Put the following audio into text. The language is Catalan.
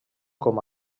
com